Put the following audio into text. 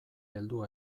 heldu